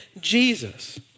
Jesus